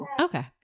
okay